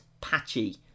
patchy